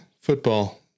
Football